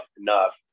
enough